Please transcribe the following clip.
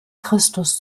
christus